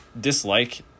dislike